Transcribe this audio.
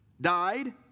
died